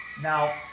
Now